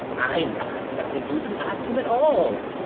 i never expected you to ask him at all.